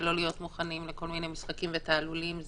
ולא להיות מוכנים לכל מיני משחקים ותעלולים.